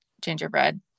gingerbread